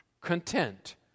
content